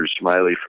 Smiley